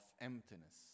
emptiness